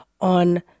on